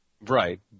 Right